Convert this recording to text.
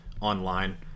online